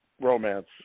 romance